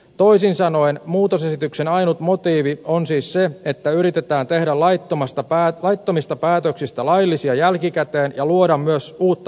toisin sanoen muutosesityksen ainut motiivi on siis se että yritetään tehdä laittomista päätöksistä laillisia jälkikäteen ja luoda myös uutta lainsäädäntöpohjaa